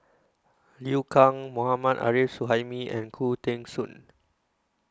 Liu Kang Mohammad Arif Suhaimi and Khoo Teng Soon